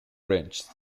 ranges